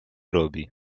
robi